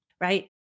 right